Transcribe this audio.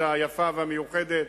היפה והמיוחדת,